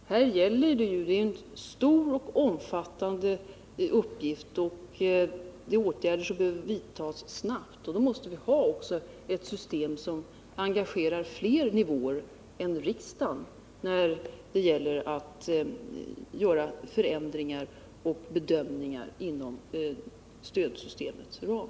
Det gäller ju här en stor och omfattande uppgift, som kräver att åtgärder vidtas snabbt. Då måste vi också ha ett system som engagerar fler nivåer än riksdagen när det gäller att göra förändringar och bedömningar inom stödsystemets ram.